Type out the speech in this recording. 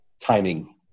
timing